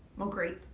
more grape.